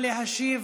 צור.